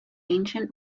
ancient